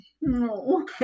No